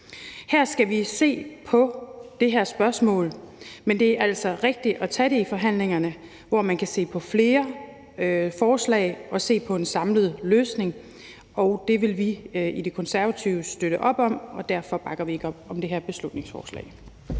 Her skal vi se på det her spørgsmål, men det er altså rigtigt at tage det i forhandlingerne, hvor man kan se på flere forslag og se på en samlet løsning. Og det vil vi i Det Konservative Folkeparti støtte op om, og derfor bakker vi ikke op om det her beslutningsforslag.